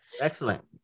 Excellent